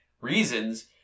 reasons